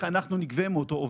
נגבה מאותו עובד.